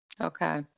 Okay